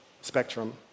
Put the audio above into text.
spectrum